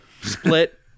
split